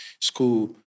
school